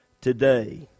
today